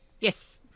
Yes